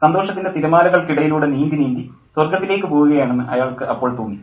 സന്തോഷത്തിൻ്റെ തിരമാലകൾക്കിടയിലൂടെ നീന്തി നീന്തി സ്വർഗത്തിലേക്ക് പോകുകയാണെന്ന് അയാൾക്ക് അപ്പോൾ തോന്നി